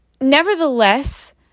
nevertheless